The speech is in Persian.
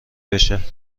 بشه